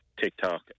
TikTok